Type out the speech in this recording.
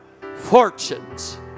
fortunes